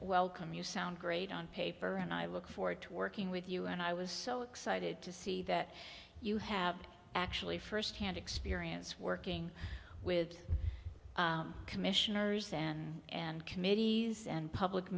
welcome you sound great on paper and i look forward to working with you and i was so excited to see that you have actually firsthand experience working with commissioners and and committees and public